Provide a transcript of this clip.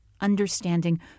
understanding